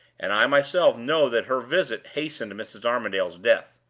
and i myself know that her visit hastened mrs. armadale's death.